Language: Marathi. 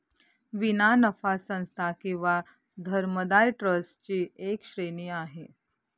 विना नफा संस्था किंवा धर्मदाय ट्रस्ट ची एक श्रेणी आहे